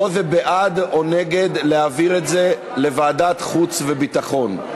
פה זה בעד או נגד להעביר את זה לוועדת חוץ וביטחון.